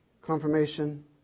confirmation